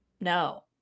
No